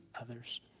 others